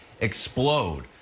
explode